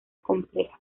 compleja